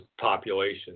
population